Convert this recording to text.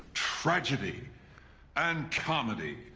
tragedy and comedy.